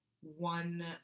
one